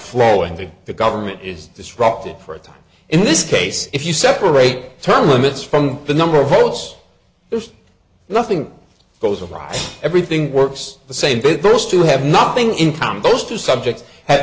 flowing the government is disrupted for a time in this case if you separate term limits from the number of holes there's nothing goes wrong everything works the same but those two have nothing in common those two subjects ha